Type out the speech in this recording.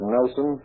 Nelson